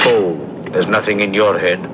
so there's nothing in your head